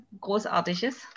großartiges